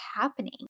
happening